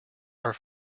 are